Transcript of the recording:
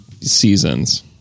seasons